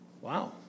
Wow